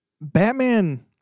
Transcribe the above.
Batman